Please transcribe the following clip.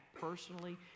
personally